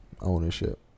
Ownership